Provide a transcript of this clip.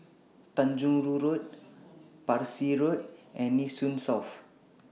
Tanjong Rhu Road Parsi Road and Nee Soon South